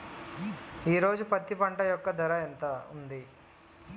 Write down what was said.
ఈ రోజు పత్తి పంట యొక్క ధర ఎంత ఉంది?